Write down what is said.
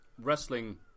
wrestling